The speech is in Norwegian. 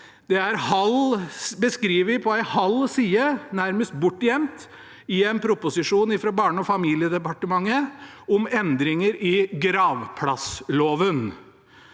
Det er beskrevet på en halv side, nærmest bortgjemt i en proposisjon fra Barne- og familiedepartementet om endringer i gravplassloven.